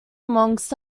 amongst